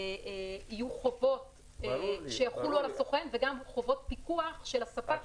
יהיו חובות שיחולו על הסוכן וגם חובות פיקוח של הספק -- מובן לי.